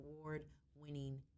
award-winning